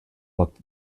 booked